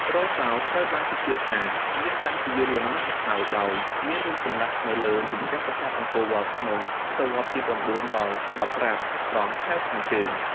ទ្រសោត្រូវបានគេជឿថាមានតាំងពីយូរលង់ណាស់មកហើយ ដោយមានរូបចម្លាក់នៅលើជញ្ជាំងប្រាសាទអង្គរវត្ត ក្នុង សតវត្សទី៩ ដល់ ១៥ ត្រង់ថែវខាងជើង។